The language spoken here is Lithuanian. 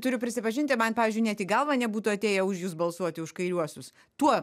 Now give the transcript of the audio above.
turiu prisipažinti man pavyzdžiui net į galvą nebūtų atėję už jus balsuoti už kairiuosius tuo